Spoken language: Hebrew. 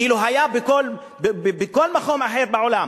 אילו בכל מקום אחר בעולם